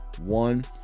one